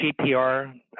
GPR